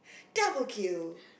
double kill